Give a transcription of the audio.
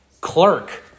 clerk